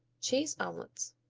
cheese omelets